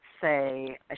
say